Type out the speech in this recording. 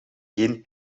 geen